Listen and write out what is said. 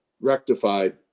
rectified